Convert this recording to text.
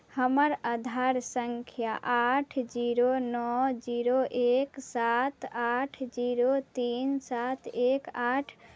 हमर आधार सङ्ख्या आठ जीरो नओ जीरो एक सात आठ जीरो तीन सात एक आठ